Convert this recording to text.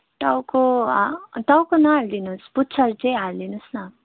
टाउको टाउको नहालिदिनुहोस् पुच्छर चाहिँ हालिदिनुहोस् न